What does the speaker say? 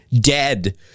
dead